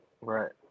Right